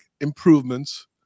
improvements